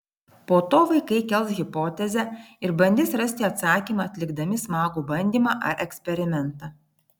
po to vaikai kels hipotezę ir bandys rasti atsakymą atlikdami smagų bandymą ar eksperimentą